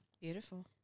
beautiful